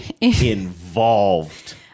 involved